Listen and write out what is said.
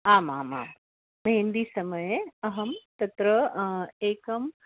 आम् आम् आं मिहिन्दिसमये अहं तत्र एकम्